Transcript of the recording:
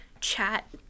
Chat